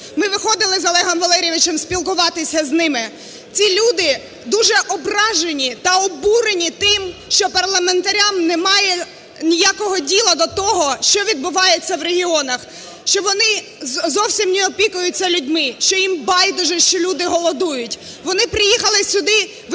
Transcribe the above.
Ми виходили з Олегом Валерійовичем спілкуватися з ними. Ці люди дуже ображені та обурені тим, що парламентарям немає ніякого діла до того, що відбувається в регіонах, що вони зовсім не опікуються людьми, що їм байдуже, що люди голодують. Вони приїхали сюди вимагати